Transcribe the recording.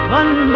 one